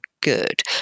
good